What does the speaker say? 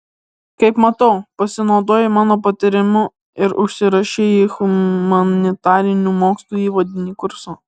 kaip matau pasinaudojai mano patarimu ir užsirašei į humanitarinių mokslų įvadinį kursą